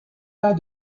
tas